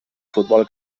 futbol